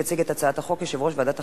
יציג את הצעת החוק יושב-ראש ועדת החינוך,